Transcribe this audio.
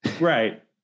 Right